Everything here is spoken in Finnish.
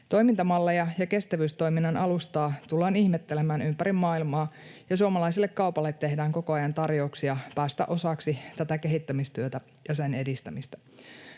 Toimintamalleja ja kestävyystoiminnan alustaa tullaan ihmettelemään ympäri maailmaa, ja suomalaiselle kaupalle tehdään koko ajan tarjouksia päästä osaksi tätä kehittämistyötä ja sen edistämistä.